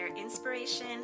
inspiration